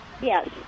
Yes